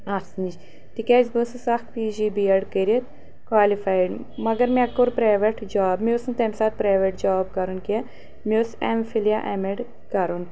اتھ نِش تِکیٛازِ بہٕ ٲسٕس اکھ پی جی بی اٮ۪ڈ کٔرِتھ کالفٲیِڈ مگر مےٚ کوٚر پریویٹ جاب مےٚ اوس نہٕ تمہِ ساتہٕ پریویٹ جاب کرُن کینٛہہ مےٚ اوس اٮ۪م فِل یا اٮ۪م اٮ۪ڈ کرُن